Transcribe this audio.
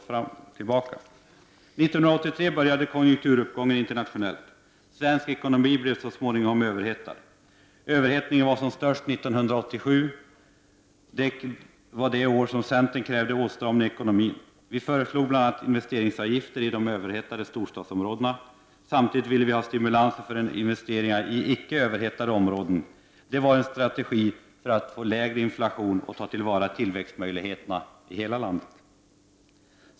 1983 började konjunkturuppgången internationellt. Svensk ekonomi blev så småningom överhettad. Överhettningen var som störst 1987. Det var det år då centern krävde åtstramning i ekonomin. Vi i centern föreslog bl.a. investeringsavgifter i de överhettade storstadsområdena. Samtidigt ville vi införa stimulanser för investeringar i icke överhettade områden. Det var en strategi för att lägre inflation skulle åstadkommas och för att tillväxtmöjligheterna i hela landet skulle tillvaratas.